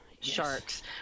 sharks